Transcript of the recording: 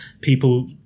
People